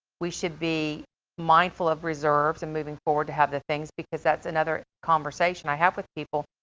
we should be mindful of reserves and moving forward to have the things because that's another conversation i have with people.